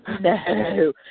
No